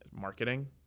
Marketing